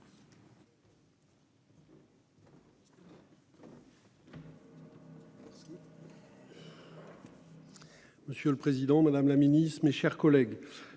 Monsieur le président, madame la ministre, mes chers collègues,